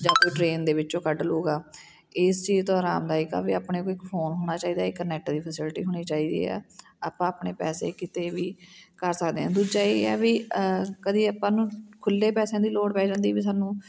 ਜਾਂ ਕੋਈ ਟ੍ਰੇਨ ਦੇ ਵਿੱਚੋਂ ਕੱਢ ਲੂਗਾ ਇਸ ਚੀਜ਼ ਤੋਂ ਆਰਾਮਦਾਇਕ ਆ ਵੀ ਆਪਣੇ ਇੱਕ ਫੋਨ ਹੋਣਾ ਚਾਹੀਦਾ ਇੱਕ ਨੈੱਟ ਦੀ ਫੈਸਿਲਟੀ ਹੋਣੀ ਚਾਹੀਦੀ ਹੈ ਆਪਾਂ ਆਪਣੇ ਪੈਸੇ ਕਿਤੇ ਵੀ ਕਰ ਸਕਦੇ ਆ ਦੂਜਾ ਇਹ ਹੈ ਵੀ ਕਦੀ ਆਪਾਂ ਨੂੰ ਖੁੱਲ੍ਹੇ ਪੈਸਿਆਂ ਦੀ ਲੋੜ ਪੈ ਜਾਂਦੀ ਵੀ ਸਾਨੂੰ